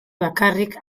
bakarrik